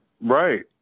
Right